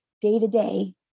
day-to-day